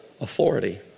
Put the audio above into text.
authority